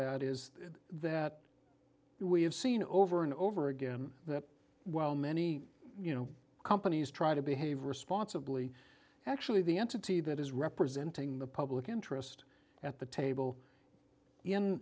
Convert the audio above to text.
that is that we have seen over and over again that while many you know companies try to behave responsibly actually the entity that is representing the public interest at the table in